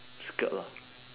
skirt lah